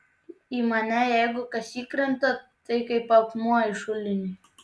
į mane jeigu kas įkrenta tai kaip akmuo į šulinį